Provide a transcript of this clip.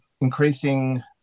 increasing